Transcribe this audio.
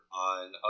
on